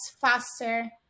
faster